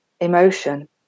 emotion